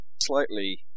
slightly